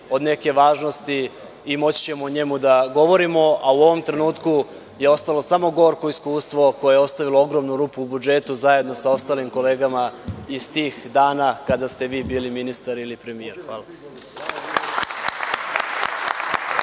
od neke važnosti i moći ćemo o njemu da govorimo. U ovom trenutku je ostalo samo gorko iskustvo koje je ostavilo ogromnu rupu u budžetu, zajedno sa ostalim kolegama iz tih dana kada ste vi bili ministar ili premijer. Hvala.